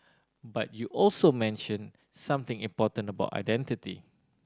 but you also mentioned something important about identity